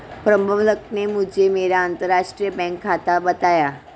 प्रबन्धक ने मुझें मेरा अंतरराष्ट्रीय बैंक खाता संख्या बताया